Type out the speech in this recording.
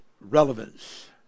relevance